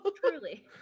Truly